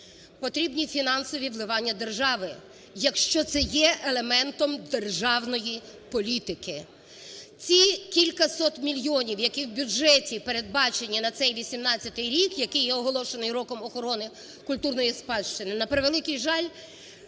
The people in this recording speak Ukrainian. потрібні фінансові вливання держави, якщо це є елементом державної політики. Ці кількасот мільйонів, які в бюджеті передбачені на цей 18-й рік, який є оголошений роком охорони культурної спадщини, на превеликий жаль,